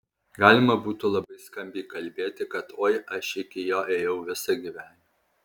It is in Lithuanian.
galima būtų labai skambiai kalbėti kad oi aš iki jo ėjau visą gyvenimą